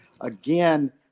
Again